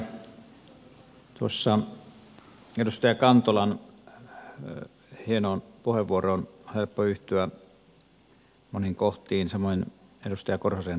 tuossa edustaja kantolan hienoon puheenvuoroon on helppo yhtyä moniin kohtiin samoin edustaja korhosen näkemyksiin